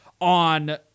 on